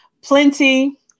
Plenty